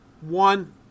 one